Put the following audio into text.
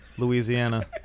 Louisiana